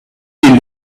est